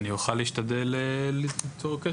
לא נותנים לנו.